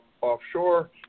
offshore